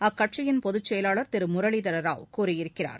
அக்கட்சியின் பொதுச் செயலாளர் திரு முரளிதர ராவ் கூறியிருக்கிறார்